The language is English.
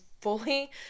fully